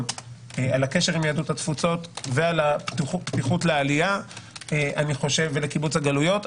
על הקשר עם יהדות התפוצות והפתיחות לעלייה וקיבוץ הגלויות.